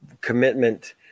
commitment